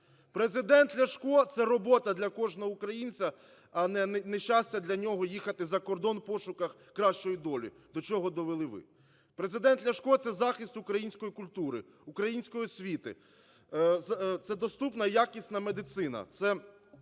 президент Ляшко – це робота для кожного українця, а не щастя для нього їхати за кордон в пошуках кращої долі, до чого довели ви, президент Ляшко – це захист української культури, української освіти, це доступна якісна медицина,